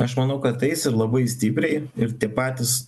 aš manau kad eisim labai stipriai ir tie patys